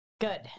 Good